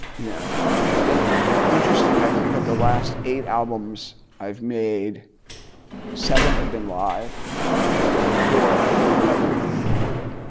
you know and interesting, i think of the last eight albums i've made seven have been live and four i didn't know we're being recorded.